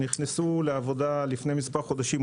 -- לעבודה לפני מספר חודשים.